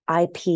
IP